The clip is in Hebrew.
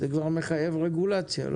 זה כבר מחייב רגולציה.